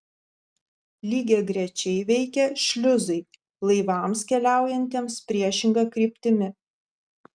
lygiagrečiai veikia šliuzai laivams keliaujantiems priešinga kryptimi